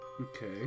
Okay